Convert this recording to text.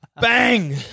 Bang